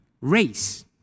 Race